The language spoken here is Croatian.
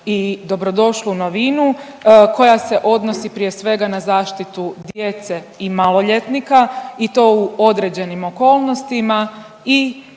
i dobro došlu novinu koja se odnosi prije svega na zaštitu djece i maloljetnika i to u određenim okolnostima